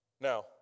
Now